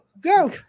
go